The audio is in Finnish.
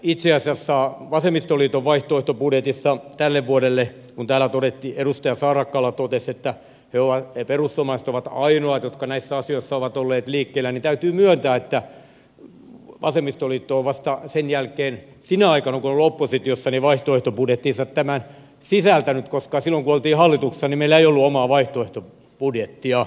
mitä tulee vasemmistoliiton vaihtoehtobudjettiin tälle vuodelle kun täällä edustaja saarakkala totesi että perussuomalaiset ovat ainoat jotka näissä asioissa ovat olleet liikkeellä niin täytyy myöntää että vasemmistoliitto on vasta sen jälkeen sinä aikana kun on ollut oppositiossa vaihtoehtobudjettiinsa tämän sisällyttänyt koska silloin kun olimme hallituksessa meillä ei ollut omaa vaihtoehtobudjettia